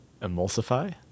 Emulsify